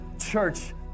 Church